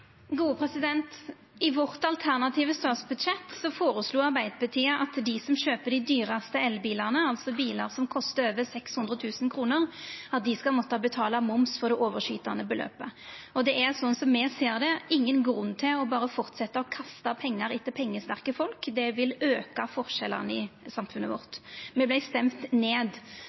I det alternative statsbudsjettet vårt føreslo Arbeidarpartiet at dei som kjøper dei dyraste elbilane, altså bilar som kostar over 600 000 kr, skal måtta betala moms av det overskytande beløpet. Slik me ser det, er det ingen grunn til berre å fortsetja å kasta pengar etter pengesterke folk. Det vil auka forskjellane i samfunnet vårt. Me vart stemde ned.